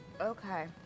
Okay